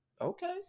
okay